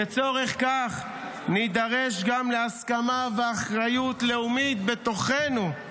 לצורך כך נידרש גם להסכמה ואחריות לאומית בתוכנו.